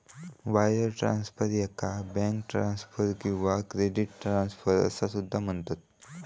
wire transfer, याका bank transfer किंवा credit transfer असा सुद्धा म्हणतत